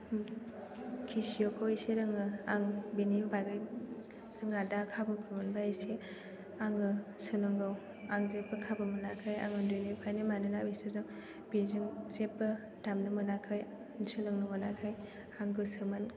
केसिय'खौ इसे रोङो आं बेनि बागै जोंहा दा खाबुखौ मोनबा इसे आङो सोलोंगौ आं जेबो खाबु मोनाखै आं उन्दैनिफ्रायनो मानोना बेसोरजों बेजों जेबो दामनो मोनाखै सोलोंनो मोनाखै आं गोसोमोन